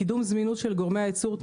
קידום זמינות גורמי הייצור והבטחת